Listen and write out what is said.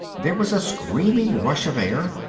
there was a screaming rush of air.